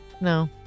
No